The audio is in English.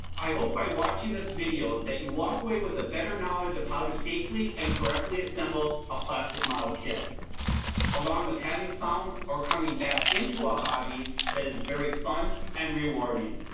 i hope by watching this video that you walk away with a better knowledge of how to safely and correctly assemble a plastic model kit along with having found or coming back into a hobby that is very fun and rewarding.